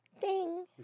Ding